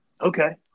Okay